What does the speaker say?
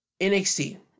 NXT